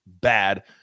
bad